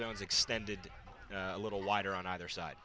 zones extended a little wider on either side